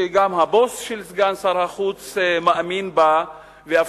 שגם הבוס של סגן שר החוץ מאמין בה ואפילו